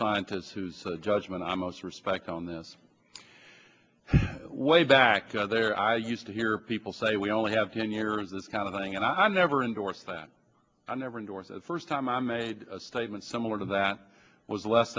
scientists whose judgment i most respect on this way back there i used to hear people say we only have ten years this kind of thing and i'm never endorsed that i never endorsed a first time i made a statement similar to that was less